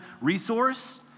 resource